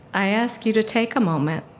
i ask you to take a moment,